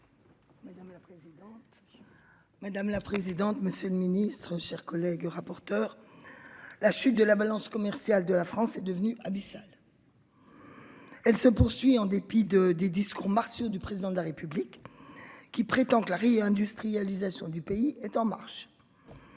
Madame la présidente. Monsieur le Ministre, chers collègues rapporteurs. La chute de la balance commerciale de la France est devenue abyssale. Elle se poursuit en dépit de des discours martiaux du président de la République. Qui prétend que la réindustrialisation. Du pays est en marche.